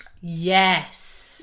Yes